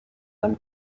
them